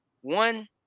one